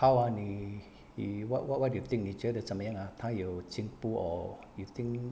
how ah 你 what what you think 你觉得怎么样啊她有进步 or you think